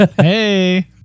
Hey